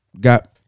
got